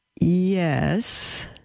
Yes